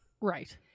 Right